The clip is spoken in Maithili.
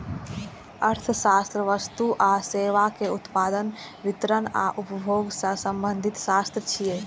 अर्थशास्त्र वस्तु आ सेवाक उत्पादन, वितरण आ उपभोग सं संबंधित शास्त्र छियै